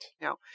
No